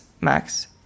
max